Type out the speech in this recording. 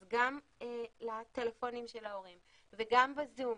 אז גם לטלפונים של ההורים וגם בזום,